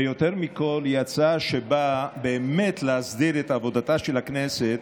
ויותר מכול היא הצעה שבאה באמת להסדיר את עבודתה של הכנסת